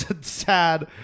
sad